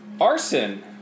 Arson